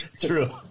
True